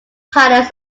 palace